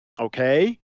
okay